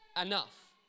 enough